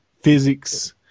physics